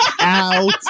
out